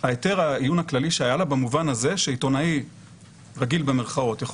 היתר העיון הכללי שהיה לה במובן הזה שעיתונאי "רגיל" יכול